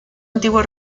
antigua